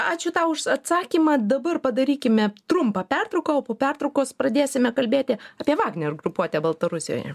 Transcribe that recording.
ačiū tau už atsakymą dabar padarykime trumpą pertrauką o po pertraukos pradėsime kalbėti apie vagner grupuotę baltarusijoje